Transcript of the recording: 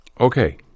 Okay